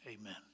amen